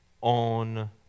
on